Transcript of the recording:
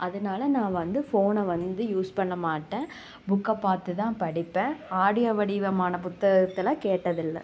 அதனால நான் வந்து ஃபோனை வந்து யூஸ் பண்ணமாட்டேன் புக்கை பார்த்து தான் படிப்பேன் ஆடியோ வடிவமானப் புத்தகத்தெலாம் கேட்டது இல்லை